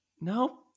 No